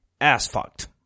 ass-fucked